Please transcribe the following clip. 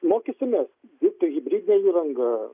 mokysimės dirbti hibridine įranga